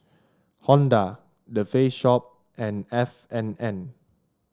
Honda The Face Shop and F and N